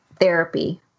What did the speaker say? therapy